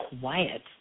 quiet